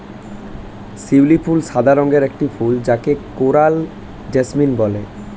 শিউলি ফুল সাদা রঙের একটি ফুল যাকে কোরাল জেসমিন বলে